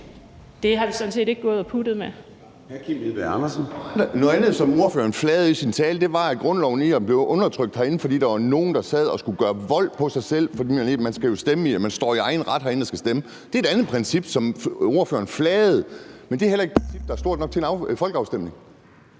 Gade): Hr. Kim Edberg Andersen. Kl. 10:51 Kim Edberg Andersen (NB): Noget andet, som ordføreren flagede i sin tale, var, at grundloven blev undertrykt herinde, fordi der var nogle, der sad og skulle gøre vold på sig selv, for man står jo i egen ret herinde og skal stemme. Det er et andet princip, som ordføreren flagede. Men det er heller ikke et princip, der er stort nok til en folkeafstemning.